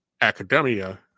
academia